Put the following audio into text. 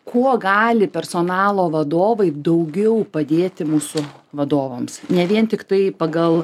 kuo gali personalo vadovai daugiau padėti mūsų vadovams ne vien tiktai pagal